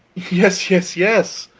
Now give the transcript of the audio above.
yes, yes, yes!